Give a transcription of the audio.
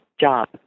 job